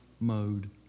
Mode